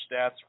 stats